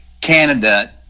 candidate